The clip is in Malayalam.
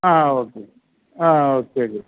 ആ ഓക്കെ ആ ഓക്കെ ഓക്കെ